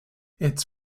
its